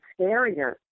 scarier